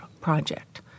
project